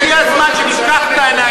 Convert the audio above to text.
הגיע הזמן שנפקח את העיניים.